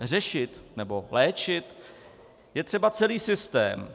Řešit nebo léčit je třeba celý systém.